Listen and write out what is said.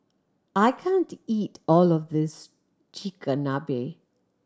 I can't eat all of this Chigenabe